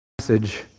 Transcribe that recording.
message